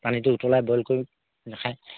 পানীটো উতলাই বইল কৰি নাখায়